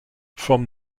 from